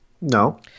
No